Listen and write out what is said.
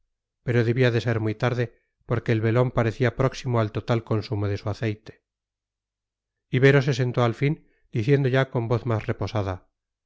pero debía de ser muy tarde porque el velón parecía próximo al total consumo de su aceite ibero se sentó al fin diciendo ya con voz más reposada